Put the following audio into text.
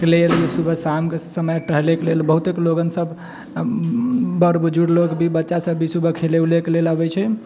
लेल सुबह शामके समय टहलैके लेल बहुते लोगनसब बड़ बुजुर्ग लोक भी बच्चासब भी सुबह खेलै उलैके लेल अबै छै